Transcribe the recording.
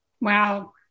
Wow